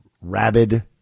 rabid